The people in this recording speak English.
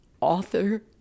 author